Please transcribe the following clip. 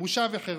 בושה וחרפה.